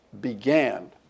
began